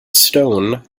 stone